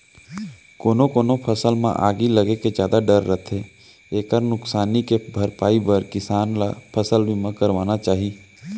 कोनो कोनो फसल म आगी लगे के जादा डर रथे एकर नुकसानी के भरपई बर किसान ल फसल बीमा करवाना चाही